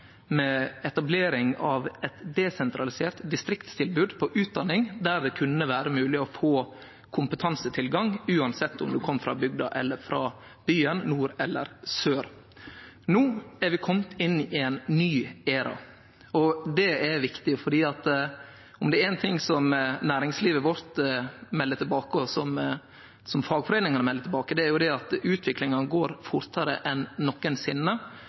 med etablering av eit desentralisert distriktstilbod om utdanning, der det kunne vere mogleg å få kompetansetilgang uansett om ein kom frå bygda eller frå byen, frå nord eller sør. No er vi komne inn i ein ny æra. Det er viktig, for er det éin ting som næringslivet vårt melder tilbake, og som fagforeiningane melder tilbake, er det at utviklinga går fortare enn